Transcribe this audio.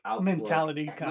mentality